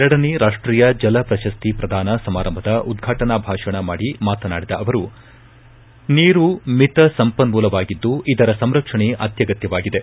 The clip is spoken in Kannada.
ಎರಡನೇ ರಾಷ್ಷೀಯ ಜಲ ಪ್ರಶಸ್ತಿ ಪ್ರದಾನ ಸಮಾರಂಭದ ಉದ್ರಾಟನಾ ಭಾಷಣ ಮಾಡಿ ಮಾತನಾಡಿದ ಅವರು ನೀರು ಮಿತ ಸಂಪನ್ನೂಲವಾಗಿದ್ದು ಇದರ ಸಂರಕ್ಷಣೆ ಅತ್ನಗತ್ನವಾಗಿದೆ